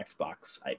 Xbox